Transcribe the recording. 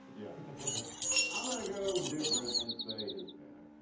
yeah i'm gonna go different and say hispanic.